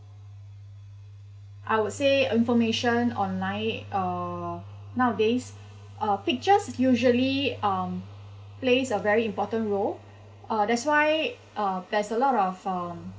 I would say information online uh nowadays uh pictures usually um plays a very important role uh that's why uh there's a lot of um